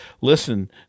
Listen